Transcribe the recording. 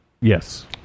Yes